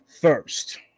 first